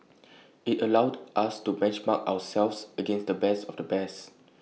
IT allowed us to benchmark ourselves against the best of the best